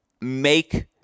make